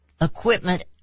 equipment